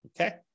Okay